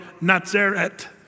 Nazareth